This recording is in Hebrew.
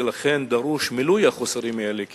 ולכן דרוש מילוי החוסרים האלה.